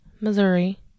Missouri